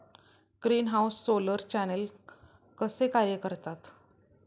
Greenhouse solar channel कसे कार्य करतात?